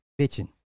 bitching